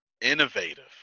Innovative